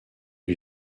lui